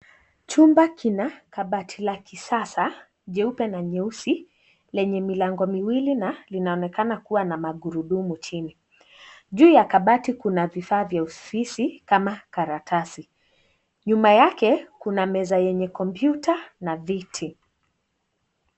Chumba kina kabati la kisasa nyeupe na nyeusi lenye milango miwili na linaonekana kuwa na magurudumu chini, juu ya kabati kuna vifaa vya ofisi kama karatasi, nyuma yake kuna meza yenye computer Na viti.